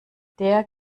der